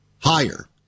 Higher